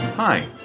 Hi